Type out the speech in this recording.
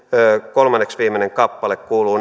kolmanneksi viimeinen kappale kuuluu